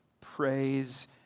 praise